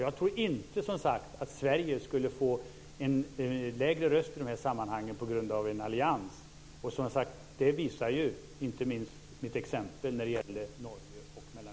Jag tror inte, som sagt, att Sverige skulle få en mindre röst på grund av att vi med i en allians. Det visar inte minst mitt exempel om Norge och Mellanöstern.